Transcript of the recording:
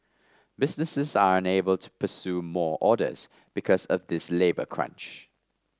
businesses are unable to pursue more orders because of this labour crunch